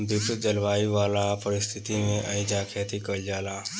विपरित जलवायु वाला परिस्थिति में एइजा खेती कईल जाला